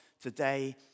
today